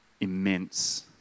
immense